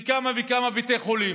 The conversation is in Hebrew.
מכמה וכמה בתי חולים.